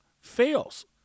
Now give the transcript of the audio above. fails